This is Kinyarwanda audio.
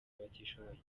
abatishoboye